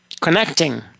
connecting